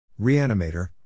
Reanimator